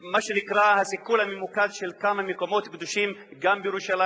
מה שנקרא "הסיכול הממוקד" של כמה מקומות קדושים גם בירושלים,